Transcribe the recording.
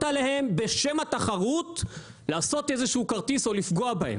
עליהם בשם התחרות לעשות איזה שהוא כרטיס או לפגוע בהם.